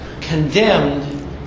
condemned